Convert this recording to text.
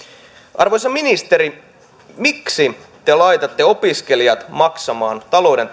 arvoisa ministeri miksi te laitatte opiskelijat maksamaan talouden